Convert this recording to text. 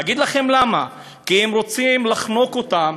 אגיד לכם למה: כי הם רוצים לחנוק אותם,